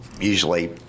usually